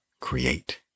Create